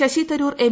Sasi Tharoor M